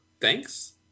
Thanks